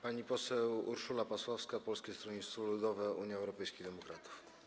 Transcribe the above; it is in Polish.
Pani poseł Urszula Pasławska, Polskie Stronnictwo Ludowe - Unia Europejskich Demokratów.